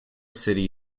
city